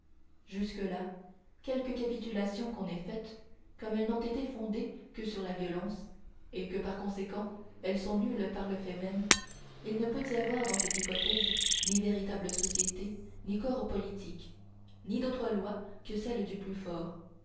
jusque-là quelques capitulations qu'on ait faites comme elles n'ont été fondées que sur la violence et que par conséquent elles sont nulles par le fait même il ne peut y avoir dans cette hypothèse ni véritable société ni corps politique ni d'autre loi que celle du plus fort